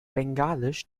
bengalisch